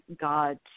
God